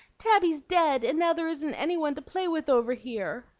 tabby's dead, and now there isn't any one to play with over here.